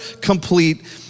complete